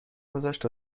گذاشت